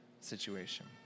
situation